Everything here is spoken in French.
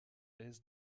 hesse